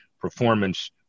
performance